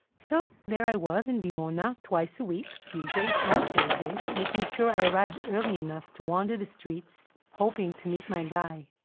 so, there i was, in dimona, twice a week, tuesdays and thursdays, making sure i arrived early enough to wander the streets, hoping to meet my guy.